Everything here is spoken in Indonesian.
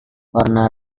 warna